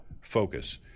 focus